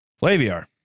Flaviar